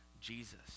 Jesus